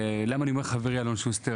למה אני אומר חברי אלון שוסטר?